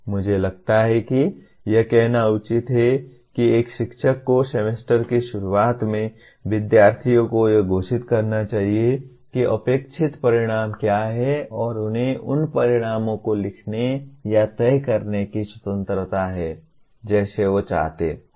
मुझे लगता है कि यह कहना उचित है कि एक शिक्षक को सेमेस्टर की शुरुआत में विध्यार्थीयों को यह घोषित करना चाहिए कि अपेक्षित परिणाम क्या हैं और उन्हें उन परिणामों को लिखने या तय करने की स्वतंत्रता है जैसे वो चाहते हैं